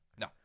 No